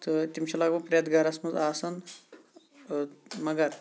تہٕ تِم چھِ لگ بگ پرٮ۪تھ گرَس منٛز آسان مَگر